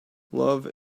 love